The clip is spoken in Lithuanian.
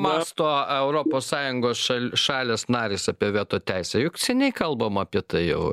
mąsto europos sąjungos šal šalys narės apie veto teisę juk seniai kalbama apie tai jau